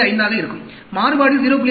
25 ஆக இருக்கும் மாறுபாடு 0